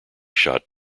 shot